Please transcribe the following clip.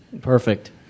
Perfect